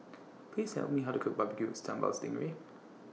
Please Tell Me How to Cook Barbecue Sambal Sting Ray